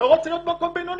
לא רוצים להיות בינוניים.